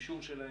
אישור שלהן,